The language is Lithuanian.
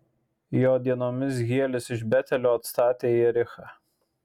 jo dienomis hielis iš betelio atstatė jerichą